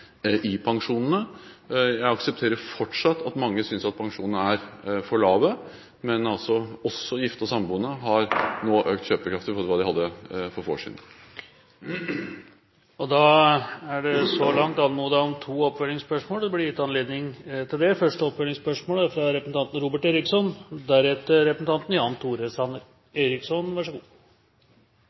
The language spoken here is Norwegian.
pensjonene. Jeg aksepterer fortsatt at mange synes pensjonene er for lave, men også gifte og samboende har nå økt kjøpekraft i forhold til hva de hadde for få år siden. Det er anmodet om og blir gitt anledning til to oppfølgingsspørsmål – først representanten Robert Eriksson.